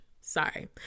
sorry